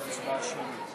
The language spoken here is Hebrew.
אני רוצה הצבעה שמית.